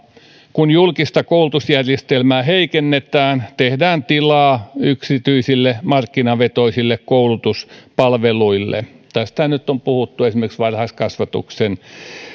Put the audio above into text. kun julkista koulutusjärjestelmää heikennetään tehdään tilaa yksityisille markkinavetoisille koulutuspalveluille tästähän nyt on puhuttu esimerkiksi varhaiskasvatuksen